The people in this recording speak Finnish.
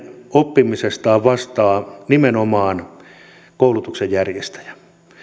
oppimisesta vastaa nimenomaan koulutuksen järjestäjä